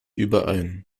überein